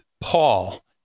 Paul